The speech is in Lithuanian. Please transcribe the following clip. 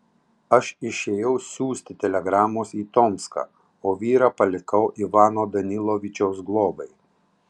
aš išėjau siųsti telegramos į tomską o vyrą palikau ivano danilovičiaus globai